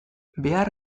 behar